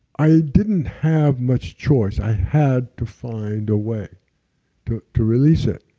i didn't have much choice, i had to find a way to to release it.